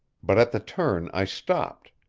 but at the turn i stopped.